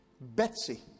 Betsy